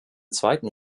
zweiten